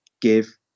give